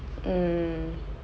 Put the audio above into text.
mm